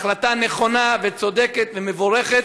היא החלטה נכונה, וצודקת ומבורכת.